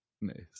Nice